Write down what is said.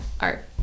art